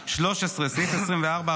(13) סעיף 24,